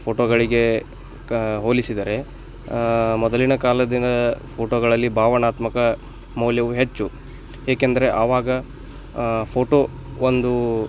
ಫೋಟೋಗಳಿಗೆ ಕಾ ಹೋಲಿಸಿದರೆ ಮೊದಲಿನ ಕಾಲದ ಫೋಟೋಗಳಲ್ಲಿ ಭಾವನಾತ್ಮಕ ಮೌಲ್ಯವು ಹೆಚ್ಚು ಏಕೆಂದರೆ ಆವಾಗ ಫೋಟೋ ಒಂದು